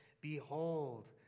Behold